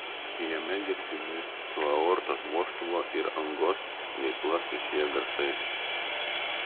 jame girdimi su aortos vožtuvo ir angos veikla susiję garsai